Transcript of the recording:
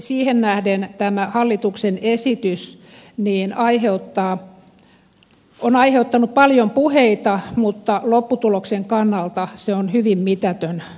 siihen nähden tämä hallituksen esitys on aiheuttanut paljon puheita mutta lopputuloksen kannalta tämä muutosesitys on hyvin mitätön